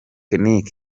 nic